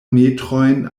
metrojn